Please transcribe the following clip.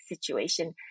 situation